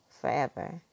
forever